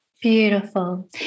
Beautiful